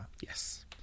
Yes